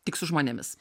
tik su žmonėmis